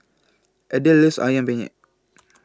Adelle loves Ayam Penyet